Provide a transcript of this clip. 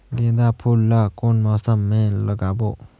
गेंदा फूल ल कौन मौसम मे लगाबो?